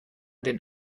den